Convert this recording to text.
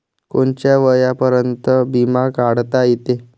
कोनच्या वयापर्यंत बिमा काढता येते?